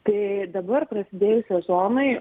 tai dabar prasidėjus sezonui